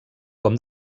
com